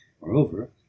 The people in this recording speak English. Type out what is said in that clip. moreover